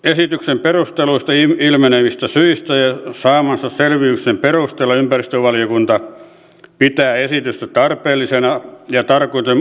hallituksen esityksen perusteluista ilmenevistä syistä ja saamansa selvityksen perusteella ympäristövaliokunta pitää esitystä tarpeellisena ja tarkoituksenmukaisena